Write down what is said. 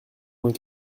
vingt